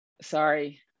sorry